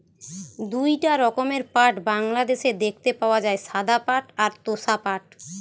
দুইটা রকমের পাট বাংলাদেশে দেখতে পাওয়া যায়, সাদা পাট আর তোষা পাট